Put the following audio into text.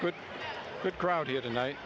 good good crowd here tonight